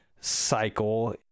cycle